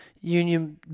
Union